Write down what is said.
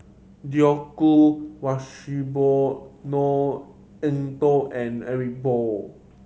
Djoko Wibisono Eng Tow and Eric Moo